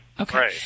Okay